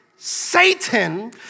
Satan